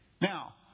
Now